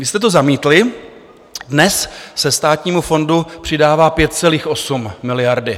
Vy jste to zamítli, dnes se státnímu fondu přidává 5,8 miliardy.